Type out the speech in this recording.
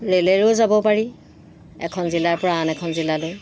ৰেলেৰেও যাব পাৰি এখন জিলাৰ পৰা আন এখন জিলালৈ